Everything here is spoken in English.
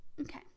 Okay